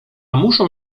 muszą